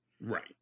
Right